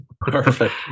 Perfect